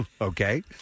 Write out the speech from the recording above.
Okay